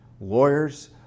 lawyers